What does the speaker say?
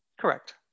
Correct